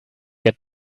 get